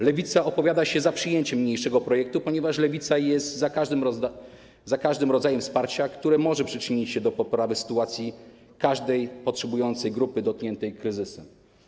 Lewica opowiada się za przyjęciem niniejszego projektu, ponieważ Lewica jest za każdym rodzajem wsparcia, które może przyczynić się do poprawy sytuacji każdej potrzebującej grupy dotkniętej kryzysem.